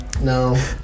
no